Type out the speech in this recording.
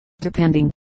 depending